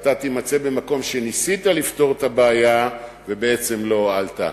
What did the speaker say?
ואתה תימצא במקום שניסית לפתור את הבעיה ובעצם לא הועלת.